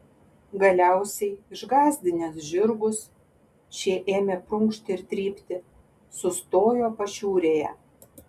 galiausiai išgąsdinęs žirgus šie ėmė prunkšti ir trypti sustojo pašiūrėje